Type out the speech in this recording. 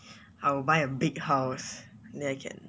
I will buy a big house then I can